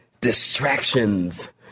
distractions